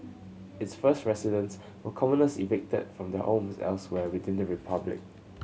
its first residents were commoners evicted from their homes elsewhere within the republic